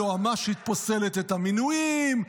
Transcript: היועמ"שית פוסלת את המינויים,